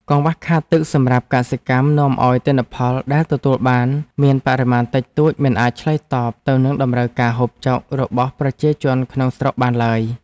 កង្វះខាតទឹកសម្រាប់កសិកម្មនាំឱ្យទិន្នផលដែលទទួលបានមានបរិមាណតិចតួចមិនអាចឆ្លើយតបទៅនឹងតម្រូវការហូបចុករបស់ ប្រជាជនក្នុងស្រុកបានឡើយ។